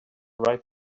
write